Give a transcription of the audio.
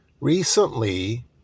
Recently